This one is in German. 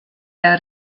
der